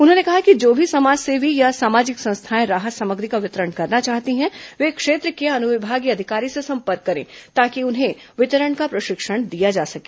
उन्होंने कहा कि जो भी समाज सेवी या सामाजिक संस्थाएं राहत सामग्री का वितरण करना चाहती है वे क्षेत्र के अनुविभागीय अधिकारी से संपर्क करें ताकि उन्हें वितरण का प्रशिक्षण दिया जा सके